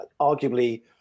arguably